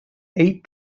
eight